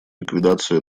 ликвидацию